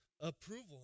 approval